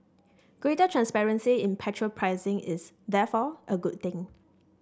greater transparency in petrol pricing is therefore a good thing